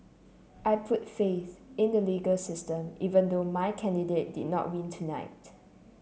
I put faith in the legal system even though my candidate did not win tonight